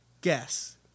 Guess